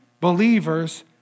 believers